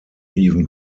even